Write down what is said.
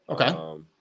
Okay